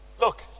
Look